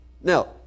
Now